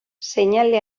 seinale